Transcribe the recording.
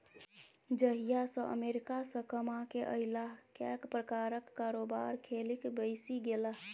जहिया सँ अमेरिकासँ कमाकेँ अयलाह कैक प्रकारक कारोबार खेलिक बैसि गेलाह